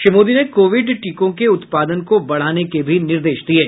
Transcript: श्री मोदी ने कोविड टीकों के उत्पादन को बढाने के भी निर्देश दिये